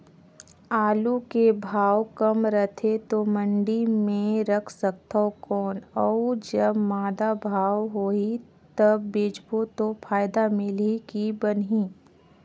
आलू के भाव कम रथे तो मंडी मे रख सकथव कौन अउ जब जादा भाव होही तब बेचबो तो फायदा मिलही की बनही?